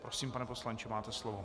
Prosím, pane poslanče, máte slovo.